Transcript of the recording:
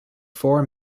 four